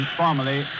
formally